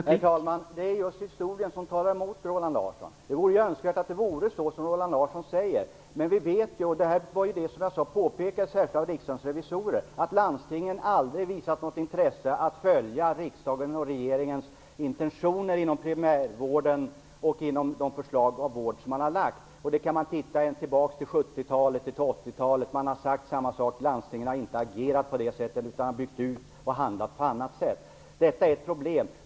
Herr talman! Det är just historien som talar emot Roland Larsson. Det vore önskvärt om det vore så som Roland Larsson säger. Men vi vet att - och det påpekades särskilt av Riksdagens revisorer - landstingen aldrig har visat något intresse av att följa riksdagens och regeringens intentioner inom primärvården och när det gäller de förslag på vårdens område som har lagts fram. Man kan gå tillbaka till 70 och 80-talet. Man har sagt samma sak. Landstingen har inte agerat på det sättet utan har byggt ut och handlat på annat sätt. Detta är ett problem.